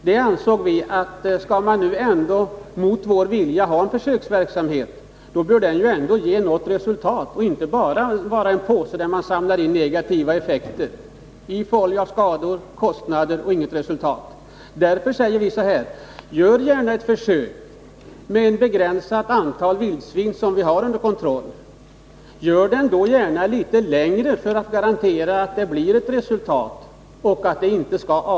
Vi ansåg att om man, mot vår vilja, skall ha en försöksverksamhet så bör den ge något resultat och inte bara vara en påse där man samlar in negativa effekter i form av skador och kostnader. Därför säger vi: Gör gärna ett försök med ett begränsat antal vildsvin som vi har under kontroll. Och gör gärna försöksperioden litet längre, för att garantera att det blir ett resultat.